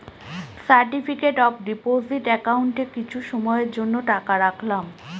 certificate of deposit একাউন্টে কিছু সময়ের জন্য টাকা রাখলাম